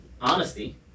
honesty